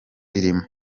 irimo